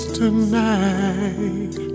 tonight